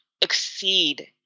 exceed